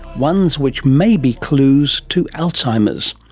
ones which may be clues to alzheimer's.